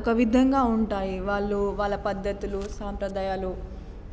ఒక విధంగా ఉంటాయి వాళ్ళు వాళ్ళ పద్ధతులు సాంప్రదాయాలు